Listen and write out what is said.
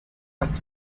quite